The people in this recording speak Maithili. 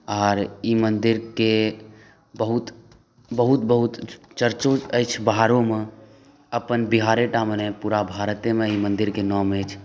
आर ई मन्दिरके बहुत बहुत बहुत चरचो अछि बाहरोमे अपन बिहारेटा मे नहि पूरा भारतमे अछि मन्दिरके नाम अछि